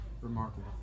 remarkable